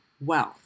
wealth